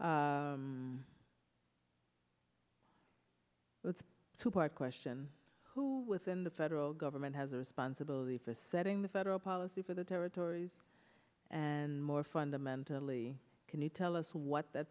that's two part question who within the federal government has a responsibility for setting the federal policy for the territories and more fundamentally can you tell us what th